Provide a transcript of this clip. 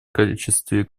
качестве